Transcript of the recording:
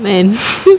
man